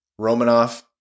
romanov